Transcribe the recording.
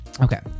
Okay